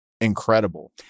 incredible